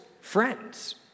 friends